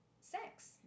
sex